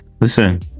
listen